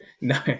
No